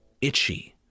itchy